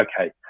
okay